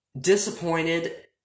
disappointed